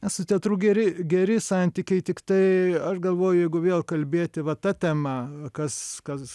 su teatru geri geri santykiai tiktai galvoju jeigu vėl kalbėti va ta tema kas kas